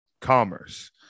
Commerce